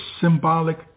symbolic